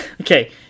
Okay